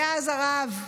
ואז הרב,